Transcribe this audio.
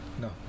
no